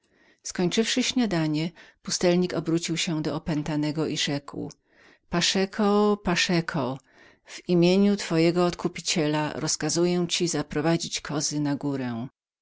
skończywszy śniadanie pustelnik obrócił się do opętanego i rzekł paszeko paszeko w imieniu twojego odkupiciela rozkazuję ci zaprowadzić kozy na górę